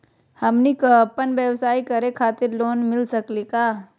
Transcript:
हमनी क अपन व्यवसाय करै खातिर लोन मिली सकली का हो?